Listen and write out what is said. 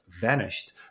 vanished